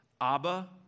Abba